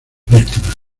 víctimas